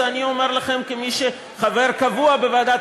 זה אני אומר לכם כמי שהוא חבר קבוע בוועדת